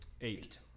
eight